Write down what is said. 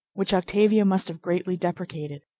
which octavia must have greatly deprecated.